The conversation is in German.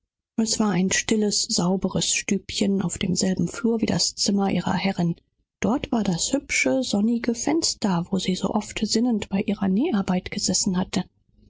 es war ein stilles reinliches gemach auf demselben flure mit dem zimmer ihrer herrin belegen hier war das freundliche sonnige fenster wo sie so oft singend mit ihrer näherei beschäftigt gesessen hatte